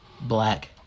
black